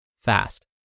fast